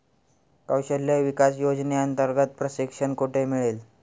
कौशल्य विकास योजनेअंतर्गत प्रशिक्षण कुठे मिळेल?